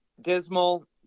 dismal